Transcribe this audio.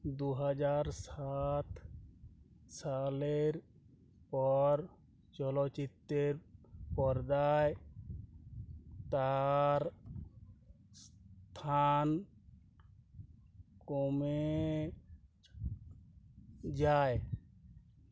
দু হাজার সাত সালের পর চলচ্চিত্রের পর্দায় তার স্থান কমে যায়